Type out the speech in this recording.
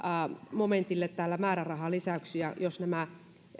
momentille täällä määrärahalisäyksiä niin jos nämä